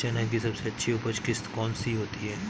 चना की सबसे अच्छी उपज किश्त कौन सी होती है?